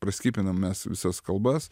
praskipinam mes visas kalbas